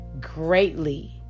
greatly